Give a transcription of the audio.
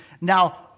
now